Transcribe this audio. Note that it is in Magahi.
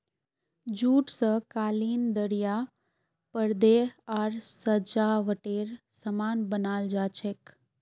जूट स कालीन दरियाँ परदे आर सजावटेर सामान बनाल जा छेक